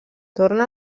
torna